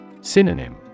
Synonym